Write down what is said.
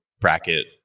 bracket